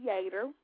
Theater